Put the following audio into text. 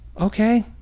okay